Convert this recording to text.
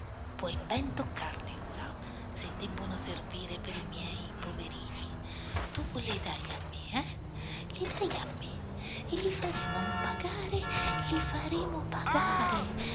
puoi ben toccarle ora se debbono servire per i miei poverini tu le dai a me eh le dai a me e li faremo pagare li faremo pagare